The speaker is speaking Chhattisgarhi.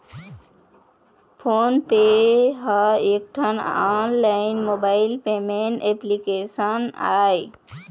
फोन पे ह एकठन ऑनलाइन मोबाइल पेमेंट एप्लीकेसन आय